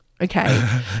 okay